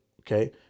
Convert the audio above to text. Okay